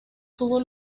tuvo